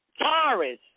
Taurus